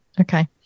Okay